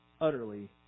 utterly